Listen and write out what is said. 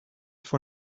for